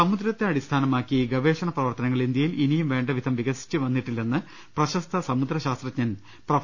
സമുദ്രത്തെ അടിസ്ഥാനമാക്കി ഗവേഷണ പ്രവർത്തനങ്ങൾ ഇന്ത്യയിൽ ഇനിയും വേണ്ടവിധം വികസിച്ചു വന്നിട്ടില്ലെന്ന് പ്രശസ്ത സമുദ്ര ശാസ്ത്രജ്ഞ ൻ പ്രൊഫ